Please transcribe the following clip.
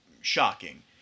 shocking